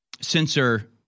censor